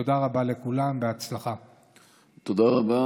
תודה רבה